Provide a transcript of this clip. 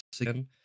again